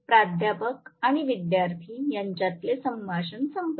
प्राध्यापक आणि विद्यार्थी यांच्यातील संभाषण संपले